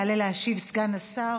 יעלה להשיב סגן שר